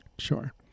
sure